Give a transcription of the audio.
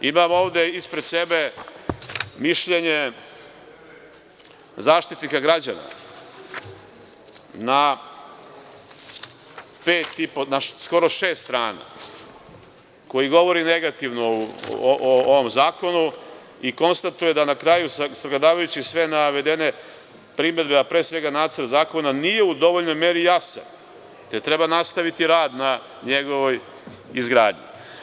Imam ovde ispred sebe mišljenje Zaštitnika građana na skoro šest strana, koji govori negativno o ovom zakonu i konstatuje da na kraju sagledavajući sve navedene primedbe, a pre svega Nacrt zakona, nije u dovoljnoj meri jasan, jer treba nastaviti rad na njegovoj izgradnji.